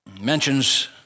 mentions